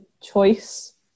choice